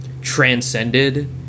transcended